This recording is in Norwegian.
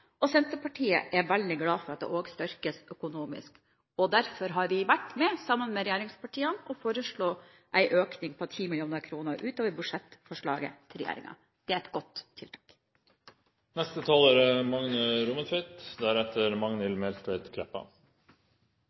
og Senterpartiet er veldig glad for at det også styrkes økonomisk. Derfor har vi vært med på – sammen med regjeringspartiene – å foreslå en økning på 10 mill. kr utover budsjettforslaget til regjeringen. Det er et godt